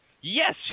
Yes